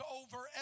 over